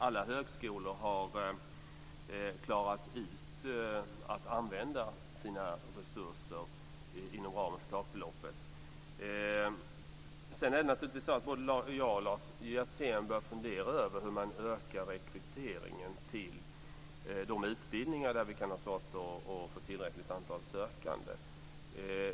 Alla högskolor har klarat att använda sina resurser inom ramen för takbeloppet. Naturligtvis bör både jag och Lars Hjertén fundera över hur man ökar rekryteringen till de utbildningar där vi kan ha svårt att få tillräckligt antal sökande.